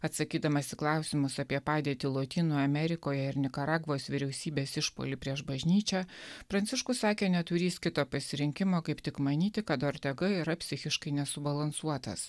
atsakydamas į klausimus apie padėtį lotynų amerikoje ir nikaragvos vyriausybės išpuolį prieš bažnyčią pranciškus sakė neturįs kito pasirinkimo kaip tik manyti kad ortega yra psichiškai nesubalansuotas